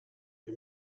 wir